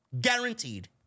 Guaranteed